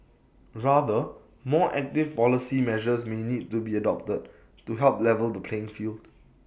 rather more active policy measures may need to be adopted to help level the playing field